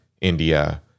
India